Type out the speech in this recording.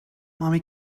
mommy